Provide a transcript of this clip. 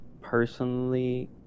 personally